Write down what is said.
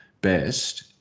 Best